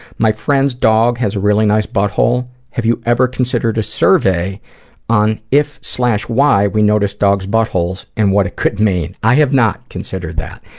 my friend's dog has a really nice butthole. have you ever considered a survey on if why we notice dog's buttholes and what it could mean? i have not considered that,